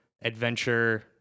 adventure